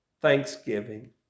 thanksgiving